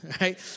Right